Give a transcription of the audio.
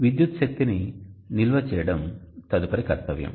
విద్యుత్ శక్తిని నిల్వ చేయడం తదుపరి కర్తవ్యం